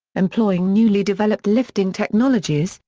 employing newly developed lifting technologies,